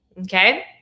okay